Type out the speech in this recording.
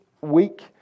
week